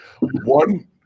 One